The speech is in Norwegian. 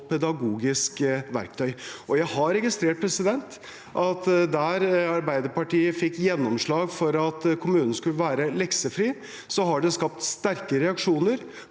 godt pedagogisk verktøy. Jeg har registrert at der Arbeiderpartiet fikk gjennomslag for at kommunen skulle være leksefri, har det skapt sterke reaksjoner